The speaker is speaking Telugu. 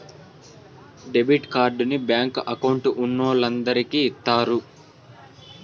డెబిట్ కార్డుని బ్యాంకు అకౌంట్ ఉన్నోలందరికి ఇత్తారు